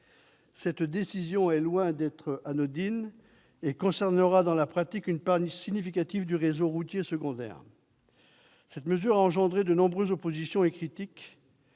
Cette décision est loin d'être anodine et concernera, dans la pratique, une part significative du réseau routier secondaire ! Cette mesure a suscité de nombreuses oppositions et critiques.